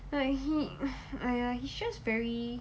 like he !aiya! he just very